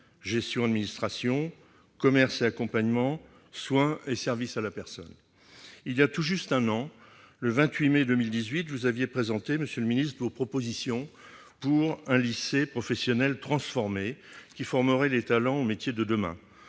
gestion-administration ; commerce ; accompagnement, soins et services à la personne. Voilà tout juste un an, le 28 mai 2018, vous aviez présenté, monsieur le ministre, vos propositions pour un lycée professionnel transformé, qui formerait les talents aux métiers de demain.